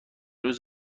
روز